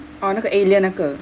orh 那个 alien 那个